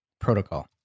protocol